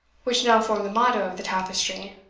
which now form the motto of the tapestry.